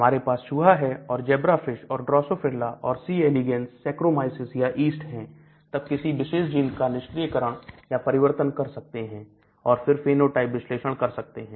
हमारे पास चूहा है और जेब्रा फिश और ड्रोसॉफिला और सी एलीगंस sachharomyces या yeast है तब किसी विशेष जीन का निष्क्रिय करण या परिवर्तन कर सकते हैं और फिर फेनोटाइप विश्लेषण कर सकते हैं